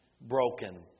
broken